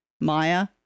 Maya